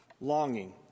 Longing